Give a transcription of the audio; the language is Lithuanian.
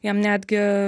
jam netgi